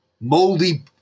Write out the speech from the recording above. moldy